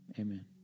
Amen